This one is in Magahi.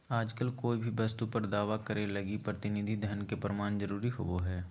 आजकल कोय भी वस्तु पर दावा करे लगी प्रतिनिधि धन के प्रमाण जरूरी होवो हय